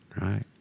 right